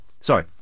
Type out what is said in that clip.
sorry